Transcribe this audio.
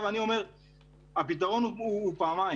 הפתרון הוא כפול.